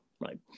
Right